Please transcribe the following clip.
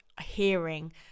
hearing